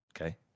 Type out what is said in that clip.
Okay